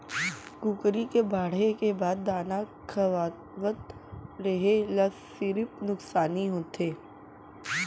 कुकरी के बाड़हे के बाद दाना खवावत रेहे ल सिरिफ नुकसानी होथे